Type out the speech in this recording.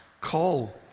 Call